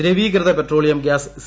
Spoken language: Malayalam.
ദ്രവീകൃത പെട്രോളിയം ഗൃാസ് സി